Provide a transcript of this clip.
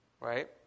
Right